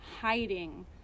hiding